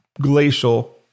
glacial